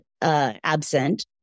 absent